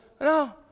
No